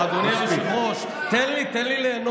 אדוני היושב-ראש, תן לי, תן לי ליהנות.